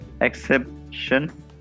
exception